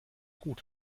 gut